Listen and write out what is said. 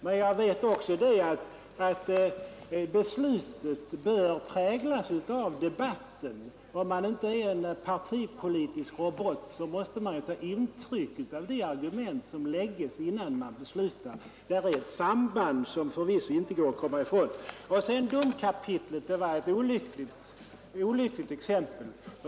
Men jag vet också att beslutet bör präglas av debatten. Om man inte är en partipolitisk robot måste man ta intryck av de argument som framläggs innan man beslutar. Där finns förvisso ett samband som det inte går att komma ifrån. Vad sedan domkapitlet beträffar så var det ett olyckligt exempel.